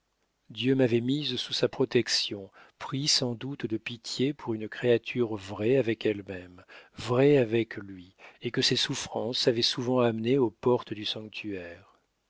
dieu m'avait mise sous sa protection pris sans doute de pitié pour une créature vraie avec elle-même vraie avec lui et que ses souffrances avaient souvent amenée aux portes du sanctuaire